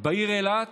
לעיר אילת,